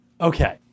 okay